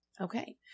okay